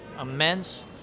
immense